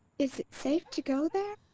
is it safe to go there?